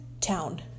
town